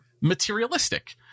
materialistic